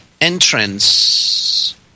entrance